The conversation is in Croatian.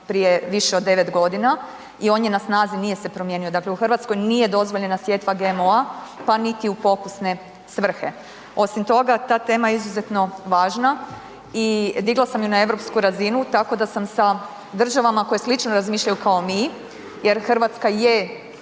prije više od 9 godina i on je na snazi, nije se promijenio, dakle u Hrvatskoj nije dozvoljena sjetva GMO-a, pa niti u pokusne svrhe. Osim toga, ta tema je izuzetno važna i digla sam ju na europsku razinu tako da sam sa državama koje slično razmišljaju kao mi, jer Hrvatska je